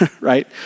right